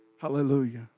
hallelujah